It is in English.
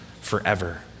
forever